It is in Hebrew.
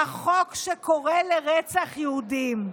החוק שקורא לרצח יהודים.